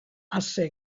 ase